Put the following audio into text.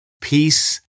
peace